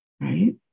right